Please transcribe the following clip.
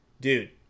Dude